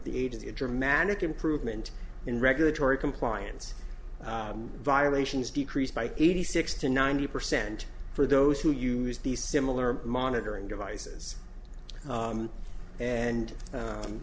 the agency a dramatic improvement in regulatory compliance violations decreased by eighty six to ninety percent for those who use these similar monitoring devices and